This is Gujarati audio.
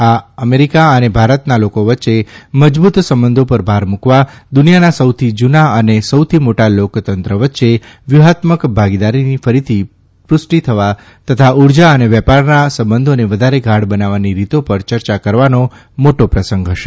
આ અમેરિકા અને ભારતનાં લોકો વચ્ચે મજબૂત સંબંધો પર ભાર મૂકવા દુનિયાનાં સૌથી જૂનાં અને સૌથી મોટા લોકતંત્ર વચ્ચે વ્યૂહાત્મક ભાગીદારીની ફરીથી પુષ્ટિ કરવા તથા ઊર્જા અને વેપારનાં સંબંધોને વધારે ગાઢ બનાવવાની રીતો પર યર્ચા કરવાનો મોટો પ્રસંગ હશે